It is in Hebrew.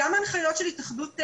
גם ההנחיות של מטה הבטיחות,